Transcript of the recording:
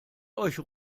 euch